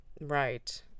Right